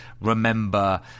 remember